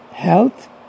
health